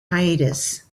hiatus